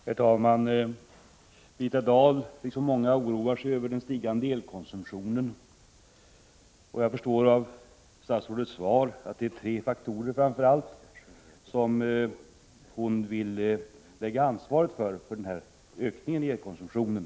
Herr talman! Birgitta Dahl, liksom många andra, oroar sig över den stigande elkonsumtionen. Jag förstår av statsrådets svar att det framför allt är tre faktorer som hon anser har orsakat denna ökning av elkonsumtionen.